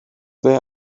ble